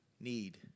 need